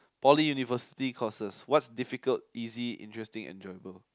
poly university courses what's difficult easy interesting enjoyable